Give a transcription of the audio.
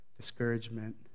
discouragement